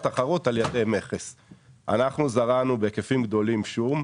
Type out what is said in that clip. אנחנו זרענו בהיקפים רבים שום.